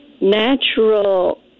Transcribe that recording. natural